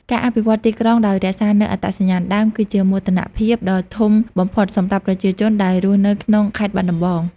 ការអភិវឌ្ឍទីក្រុងដោយរក្សានូវអត្តសញ្ញាណដើម គឺជាមោទនភាពដ៏ធំបំផុតសម្រាប់ប្រជាជនដែលរស់នៅក្នុងខេត្តបាត់ដំបង។